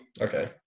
okay